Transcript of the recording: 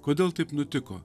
kodėl taip nutiko